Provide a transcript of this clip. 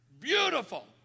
beautiful